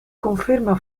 conferma